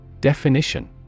Definition